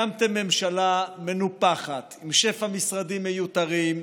הקמתם ממשלה מנופחת עם שפע משרדים מיותרים,